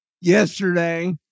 yesterday